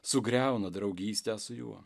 sugriauna draugystę su juo